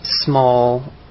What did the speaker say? small